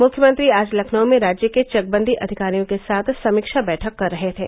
मुख्यमंत्री आज लखनऊ में राज्य के चकबंदी अधिकारियों के साथ समीक्षा बैठक कर रहे थे